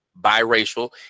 biracial